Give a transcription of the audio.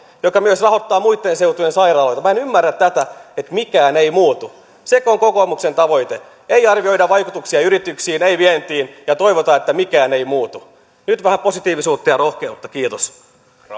joka myös rahoittaa muitten seutujen sairaaloita minä en ymmärrä tätä että mikään ei muutu sekö on kokoomuksen tavoite ei arvioida vaikutuksia yrityksiin ei vientiin ja toivotaan että mikään ei muutu nyt vähän positiivisuutta ja rohkeutta kiitos